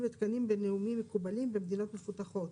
לתקנים בינלאומיים מקובלים במדינות מפותחות.